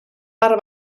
part